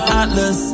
atlas